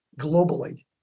globally